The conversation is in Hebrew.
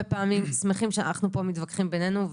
פעמים שמחים שאנחנו פה מתווכחים בינינו,